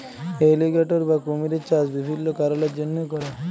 alligator বা কুমিরের চাষ বিভিল্ল্য কারলের জ্যনহে ক্যরা হ্যয়